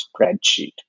spreadsheet